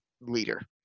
leader